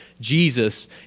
Jesus